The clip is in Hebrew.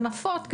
הנפות,